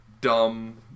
dumb